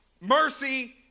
mercy